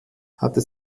hatte